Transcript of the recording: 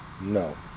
No